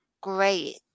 great